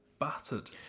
Battered